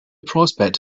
prospect